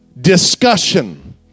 discussion